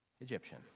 Egyptian